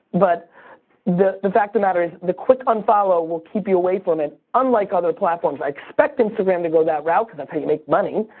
but the the fact of the matter is the quick unfollow will keep you away from it, unlike other platforms. i expect instagram to go that route, because that's how you make money.